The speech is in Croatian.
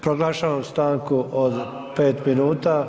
Proglašavam stanku od pet minuta